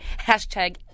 Hashtag